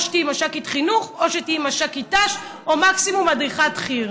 או שתהיי מש"קית חינוך או שתהיי מש"קית ת"ש או מקסימום מדריכת חי"ר.